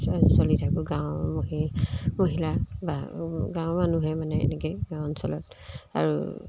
চ চলি থাকোঁ গাঁৱৰ মহি মহিলা বা গাঁৱৰ মানুহে মানে এনেকৈ গাঁও অঞ্চলত আৰু